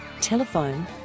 Telephone